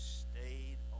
stayed